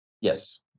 yes